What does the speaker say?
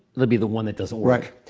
they'll be the one that doesn't work.